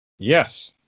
Yes